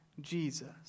Jesus